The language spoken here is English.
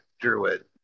druid